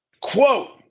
quote